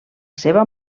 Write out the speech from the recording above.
seva